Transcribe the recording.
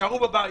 יישארו בבית.